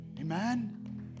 Amen